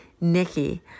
Nikki